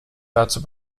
dazu